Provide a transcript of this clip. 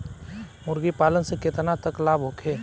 मुर्गी पालन से केतना तक लाभ होखे?